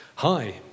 Hi